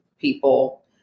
people